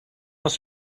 must